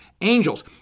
angels